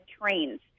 trains